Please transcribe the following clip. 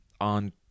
on